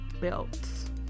belts